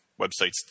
Websites